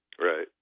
Right